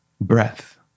breath